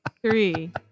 three